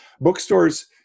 bookstores